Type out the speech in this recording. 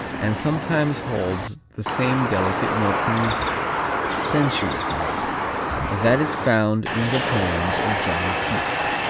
and sometimes holds the same delicate melting sensuousness that is found in the poems of john keats.